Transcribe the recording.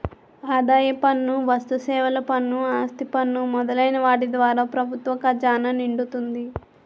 ఆదాయ పన్ను వస్తుసేవల పన్ను ఆస్తి పన్ను మొదలైన వాటి ద్వారా ప్రభుత్వ ఖజానా నిండుతుంది